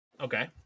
Okay